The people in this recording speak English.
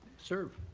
serve.